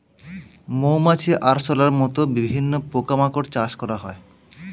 মৌমাছি, আরশোলার মত বিভিন্ন পোকা মাকড় চাষ করা হয়